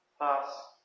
pass